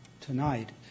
tonight